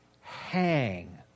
hang